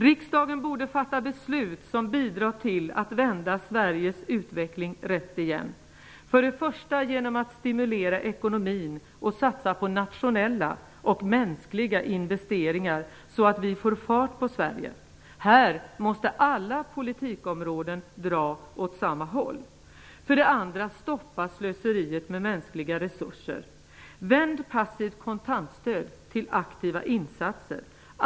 Riksdagen borde fatta beslut som bidrar till att vända Sveriges utveckling rätt igen. För det första måste man stimulera ekonomin och satsa på nationella och mänskliga investeringar, så att vi får fart på Sverige. Här måste alla politikområden dra åt samma håll. För det andra måste man stoppa slöseriet med mänskliga resurser och vända passivt kontantstöd till aktiva insatser.